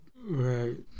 right